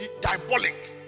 diabolic